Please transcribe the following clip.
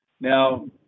Now